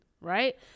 right